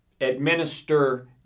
administer